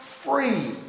free